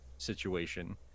Situation